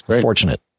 fortunate